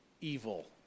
evil